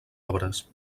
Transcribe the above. obres